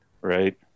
right